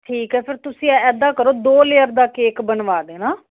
ਠੀਕ ਹੈ ਫੇਰ ਤੁਸੀਂ ਇੱਦਾਂ ਕਰੋ ਦਿਓ ਲੇਅਰ ਦਾ ਕੇਕ ਬਣਵਾ ਦੇਣਾ